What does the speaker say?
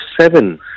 seven